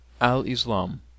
al-Islam